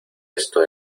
esto